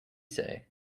say